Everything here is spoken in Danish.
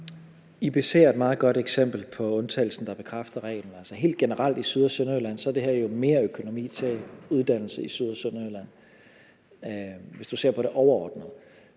IBC er et meget godt eksempel på undtagelsen, der bekræfter reglen. Altså, helt generelt er det her jo mere økonomi til uddannelserne i Syd- og Sønderjylland, altså hvis man ser på det helt overordnet.